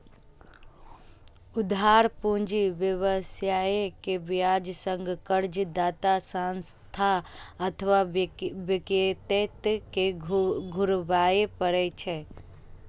उधार पूंजी व्यवसायी कें ब्याज संग कर्जदाता संस्था अथवा व्यक्ति कें घुरबय पड़ै छै